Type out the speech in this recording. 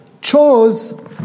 chose